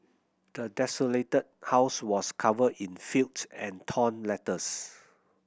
the desolated house was covered in filth and torn letters